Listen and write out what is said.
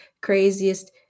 craziest